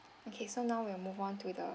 okay so now we'll move on to the